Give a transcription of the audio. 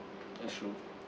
that's true